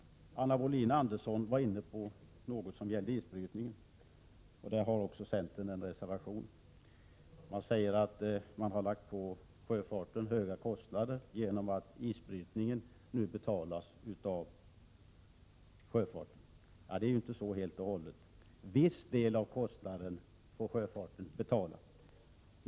Anna Wohlin-Andersson var inne på frågor som gällde isbrytning, och där har också centern en reservation. Reservanterna säger att sjöfarten har pålagts stora kostnader genom att isbrytningen nu betalas av sjöfarten själv. Så är det nu inte helt och hållet. Viss del av kostnaden får sjöfarten betala.